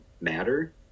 matter